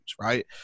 right